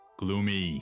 gloomy